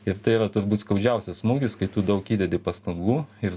ir tai yra turbūt skaudžiausias smūgis kai tu daug įdedi pastangų ir